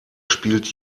spielt